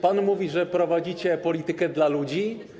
Pan mówi, że prowadzicie politykę dla ludzi?